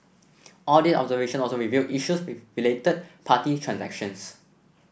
audit observations also revealed issues with related party transactions